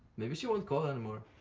maybe she won't call anymore.